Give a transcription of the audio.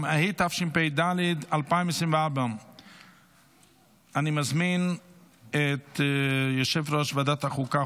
התשפ"ד 2024. אני מזמין את יושב-ראש ועדת החוקה,